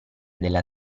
della